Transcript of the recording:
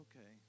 Okay